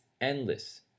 endless